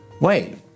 Wait